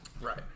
Right